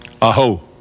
Aho